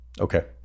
okay